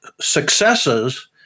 successes